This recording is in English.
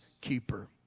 keeper